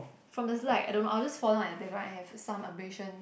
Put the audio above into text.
from the slide I don't know I 'll just fall down at the playground and I have some abrasion